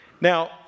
Now